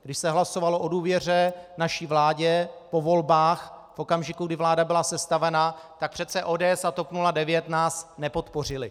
Když se hlasovalo o důvěře naší vládě po volbách v okamžiku, kdy vláda byla sestavena, tak přece ODS a TOP 09 nás nepodpořily.